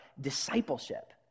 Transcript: discipleship